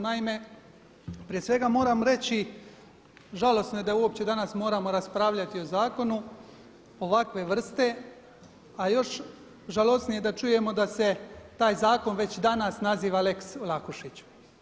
Naime prije svega moram reći, žalosno je da uopće danas moramo raspravljati o zakonu ovakve vrste a još žalosnije da čujemo da se taj zakon već danas naziva lex Vlahušić.